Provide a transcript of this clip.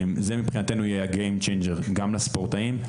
זה מבחינתנו יהיה --- גם לספורטאים,